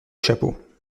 chapeaux